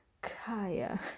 Kaya